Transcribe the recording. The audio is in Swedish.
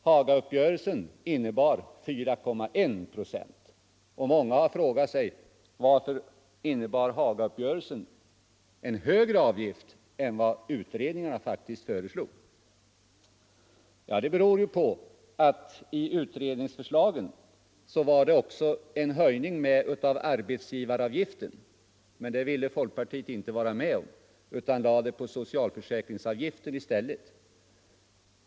Hagauppgörelsen innebar 4,1 procent, och många har frågat sig varför den innebar en högre avgift än vad utredningarna faktiskt föreslog. Ja, det beror på att det i utredningsförslagen också fanns en höjning av arbetsgivaravgiften, men den ville folkpartiet inte vara med om utan lade den på socialförsäkringsavgiften i stället.